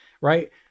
Right